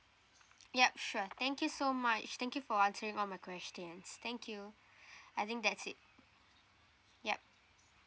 yup sure thank you so much thank you for answering all my questions thank you I think that's it yup